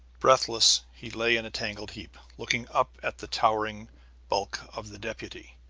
breathless, he lay in a tangle heap, looking up at the towering bulk of the deputy.